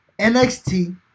NXT